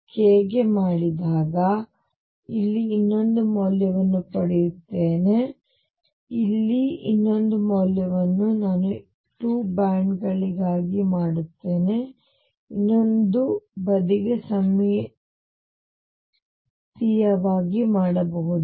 ಮುಂದಿನ k ಗೆ ಮಾಡಿದಾಗ ನಾನು ಇಲ್ಲಿ ಇನ್ನೊಂದು ಮೌಲ್ಯವನ್ನು ಪಡೆಯುತ್ತೇನೆ ಇಲ್ಲಿ ಇನ್ನೊಂದು ಮೌಲ್ಯವನ್ನು ನಾನು 2 ಬ್ಯಾಂಡ್ ಗಳಿಗಾಗಿ ಮಾಡುತ್ತೇನೆ ನಾನು ಇನ್ನೊಂದು ಬದಿಗೆ ಸಮ್ಮಿತೀಯವಾಗಿ ಮಾಡಬಹುದು